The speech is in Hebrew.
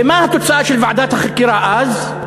ומה התוצאה של ועדת החקירה אז?